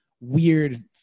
weird